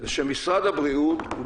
שמשרד הבריאות לא